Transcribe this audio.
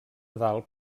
dalt